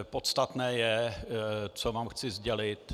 Podstatné ale je, co vám chci sdělit.